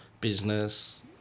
business